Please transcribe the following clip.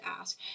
ask